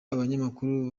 abanyamakuru